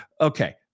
Okay